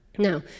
Now